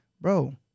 bro